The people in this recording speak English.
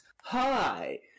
hi